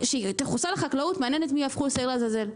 כשתחוסל החקלאות מעניין את מי יהפכו לשעיר לעזאזל,